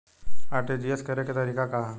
RTGS करे के तरीका का हैं?